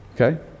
Okay